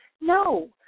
No